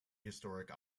historic